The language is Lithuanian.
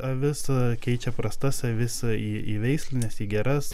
avis keičia prastas avis į į veislines į geras